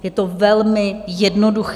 Je to velmi jednoduché.